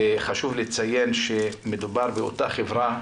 חשוב לציין שמדובר באותה חברה,